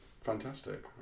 fantastic